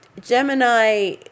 Gemini